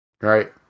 Right